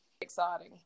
exciting